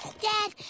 Dad